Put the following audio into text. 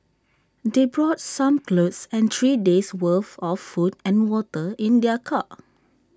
they brought some clothes and three days'worth of food and water in their car